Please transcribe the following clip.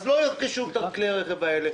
אז לא ירכשו את כלי הרכב האלה.